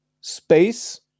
space